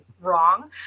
wrong